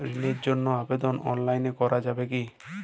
ঋণের জন্য আবেদন অনলাইনে করা যাবে কি?